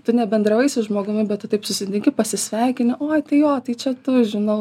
tu nebendravai su žmogumi bet tu taip susitinki pasisveikini oi tai jo tai čia tu žinau